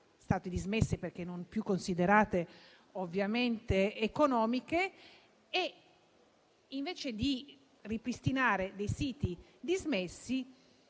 stati dismessi perché non più considerati economici. Invece di ripristinare dei siti dismessi,